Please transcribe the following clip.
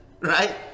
right